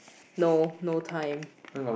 no no time